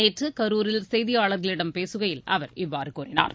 நேற்று கரூரில் செய்தியாளர்களிடம் பேசுகையில் அவர் இவ்வாறு கூறினார்